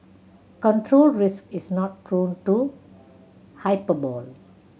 control Risks is not prone to hyperbole